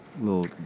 little